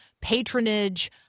patronage